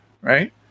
Right